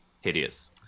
hideous